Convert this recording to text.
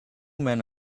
men